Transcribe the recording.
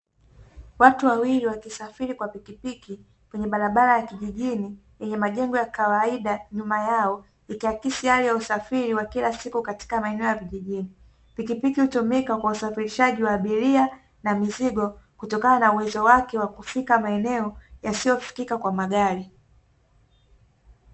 Watu wawili wakisafiri kwa pikipiki kwenye barabara ya kijijini, yenye majengo ya kawaida nyuma yao ikiakisi hali ya usafiri wa kila siku katika maeneo ya vijijini, pikipiki hutumika kwa usafirishaji wa abiria na mizigo kutokana na uwezo wake wa kufika maeneo yasiyofikika kwa magari.